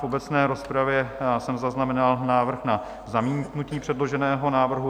V obecné rozpravě jsem zaznamenal návrh na zamítnutí předloženého návrhu.